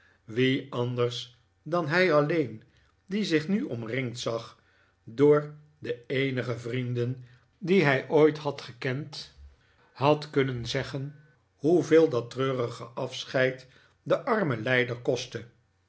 wie anders dan hij alleen die zich nu omringd zag door de eenige vrienden die hij ooit had gekend had kunnen zeggen hbeveel dat treurige afscheid den armen lijder kostte